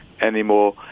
anymore